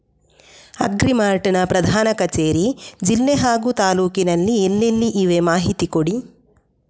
Agri mart ನ ಪ್ರಧಾನ ಕಚೇರಿ ಜಿಲ್ಲೆ ಹಾಗೂ ತಾಲೂಕಿನಲ್ಲಿ ಎಲ್ಲೆಲ್ಲಿ ಇವೆ ಮಾಹಿತಿ ಕೊಡಿ?